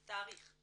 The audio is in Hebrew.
תאריך.